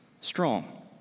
strong